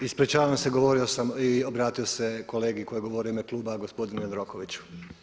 Ispričavam se govorio sam i obratio se kolegi koji je govorio u ime kluba gospodinu Jandrokoviću.